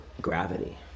Gravity